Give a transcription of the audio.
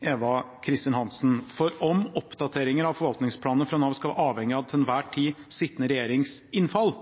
Eva Kristin Hansen, for om oppdateringer av forvaltningsplaner fra nå av skal være avhengige av den til enhver tid sittende regjerings innfall